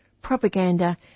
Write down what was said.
propaganda